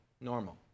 normal